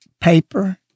paper